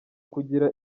kugira